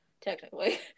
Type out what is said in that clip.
technically